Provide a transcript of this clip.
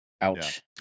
Ouch